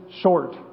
short